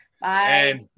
Bye